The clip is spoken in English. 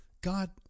God